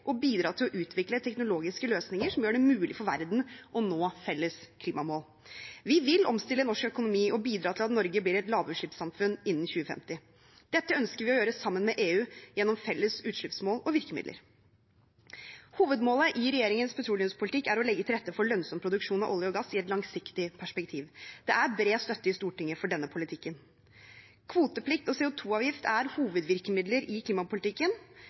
og bidra til å utvikle teknologiske løsninger som gjør det mulig for verden å nå felles klimamål. Vi vil omstille norsk økonomi og bidra til at Norge blir et lavutslippssamfunn innen 2050. Dette ønsker vi å gjøre sammen med EU gjennom felles utslippsmål og virkemidler. Hovedmålet i regjeringens petroleumspolitikk er å legge til rette for lønnsom produksjon av olje og gass i et langsiktig perspektiv. Det er bred støtte i Stortinget for den politikken. Kvoteplikt og CO 2 -avgift er hovedvirkemidler i klimapolitikken.